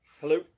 Hello